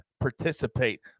participate